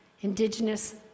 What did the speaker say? indigenous